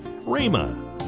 RAMA